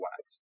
wax